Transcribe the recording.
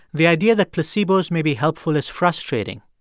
the idea that placebos may be helpful is frustrating,